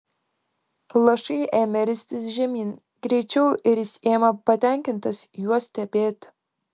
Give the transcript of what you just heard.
lašai ėmė ristis žemyn greičiau ir jis ėmė patenkintas juos stebėti